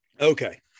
okay